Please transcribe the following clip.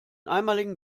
einmaligen